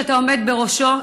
שאתה עומד בראשו,